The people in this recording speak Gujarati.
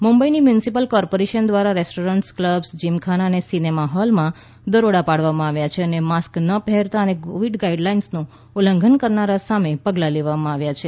મુંબઇની મ્યુનિસિપલ કોર્પોરેશન દ્વારા રેસ્ટોરન્ટ્સ ક્લબ્સ જીમખાનાઓ અને સિનેમા હોલમાં દરોડા પાડવામાં આવ્યા છે અને માસ્ક ન પહેરતા અને કોવિડ ગાઇડ લાઇન્સનું ઉલ્લંઘન કરનારાઓ સામે પગલાં લેવામાં આવ્યાં છે